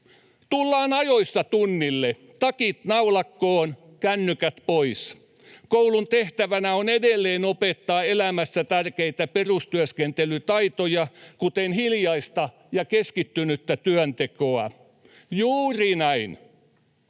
”Tullaan ajoissa tunnille, takit naulakkoon, kännykät pois. Koulun tehtävänä on edelleen opettaa elämässä tärkeitä perustyöskentelytaitoja, kuten hiljaista ja keskittynyttä työntekoa.” Juuri näin: